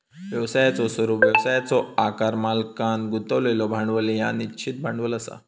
व्यवसायाचो स्वरूप, व्यवसायाचो आकार, मालकांन गुंतवलेला भांडवल ह्या निश्चित भांडवल असा